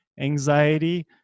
anxiety